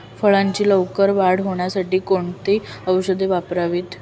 फळाची लवकर वाढ होण्यासाठी कोणती औषधे वापरावीत?